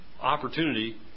opportunity